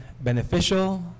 beneficial